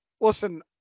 listen